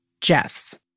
Jeffs